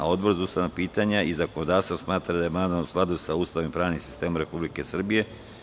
Odbor za ustavna pitanja i zakonodavstvo smatra da je amandman u skladu sa Ustavom i pravnim sistemom Republike Srbije.